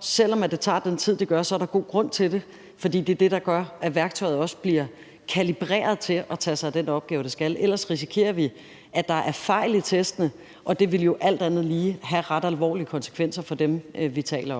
selv om det tager den tid, det gør, er der god grund til det, fordi det er det, der gør, at værktøjet også bliver kalibreret til at tage sig af den opgave, det skal. Ellers risikerer vi, at der er fejl i testene, og det vil jo alt andet lige have ret alvorlige konsekvenser for dem, vi taler